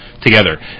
together